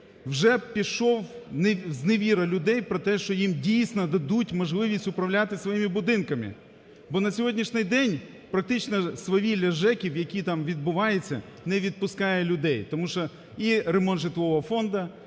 вже пішов… зневіра людей про те, що їм, дійсно, дадуть можливість управляти своїми будинками. Бо на сьогоднішній день практично свавілля ЖЕКів, які там відбуваються, не відпускає людей, тому що і ремонт житлового фонду,